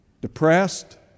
depressed